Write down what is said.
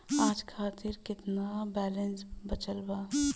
आज खातिर केतना बैलैंस बचल बा?